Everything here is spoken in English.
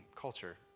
culture